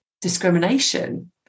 discrimination